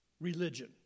religion